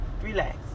relax